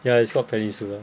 ya it's called Peninsula